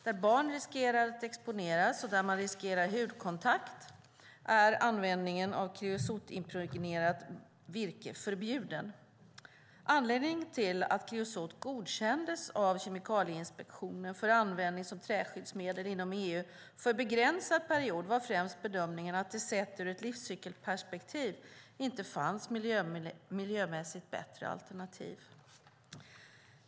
Där barn riskerar att exponeras och där man riskerar hudkontakt är användningen av kreosotimpregnerat virke förbjuden. Anledningen till att kreosot godkändes av Kemikalieinspektionen för användning som träskyddsmedel inom EU för en begränsad period var främst bedömningen att det sett ur ett livscykelperspektiv inte fanns något miljömässigt bättre alternativ.